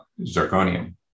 zirconium